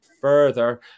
further